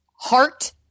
heart